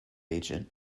agent